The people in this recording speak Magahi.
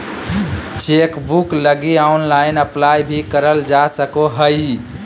चेकबुक लगी ऑनलाइन अप्लाई भी करल जा सको हइ